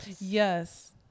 Yes